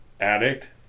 addict